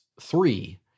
three